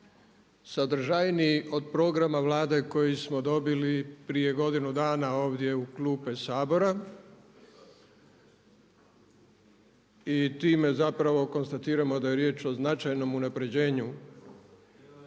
sadržajniji od programa Vlade koji smo dobili prije godinu dana ovdje u klupe Sabora i time zapravo konstatiramo da je riječ o značajnom unapređenju